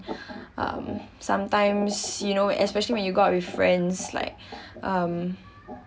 um sometimes you know especially when you go out with friends like um